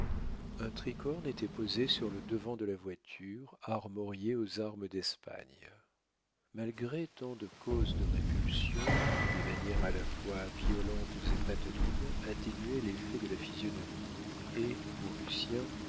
un tricorne était posé sur le devant de la voiture armoriée aux armes d'espagne malgré tant de causes de répulsion des manières à la fois violentes et patelines atténuaient l'effet de la physionomie et pour lucien